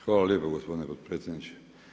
Hvala lijepo gospodine potpredsjedniče.